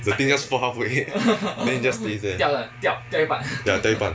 the thing just falls halfway then it just stays there ya 掉一半